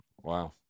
Wow